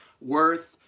worth